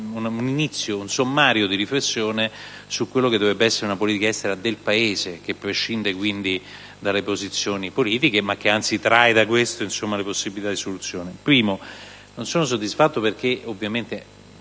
un sommario di riflessione su quella che dovrebbe essere una politica estera del Paese, che prescinde quindi dalle posizioni politiche, ma che, anzi, trae da queste le possibilità di soluzione. In primo luogo, non sono soddisfatto perché i dati